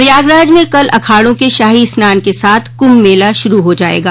प्रयागराज में कल अखाड़ों के शाही स्नान के साथ कुम्भ मेला शुरू हो जायेगा